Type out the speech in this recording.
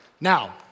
Now